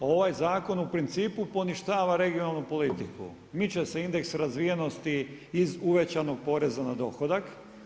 Ovaj zakon u principu poništava regionalnu politiku, miče se indeks razvijenosti iz uvećanog poreza na dohodak.